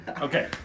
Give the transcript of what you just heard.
Okay